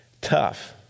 tough